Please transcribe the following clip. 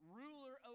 ruler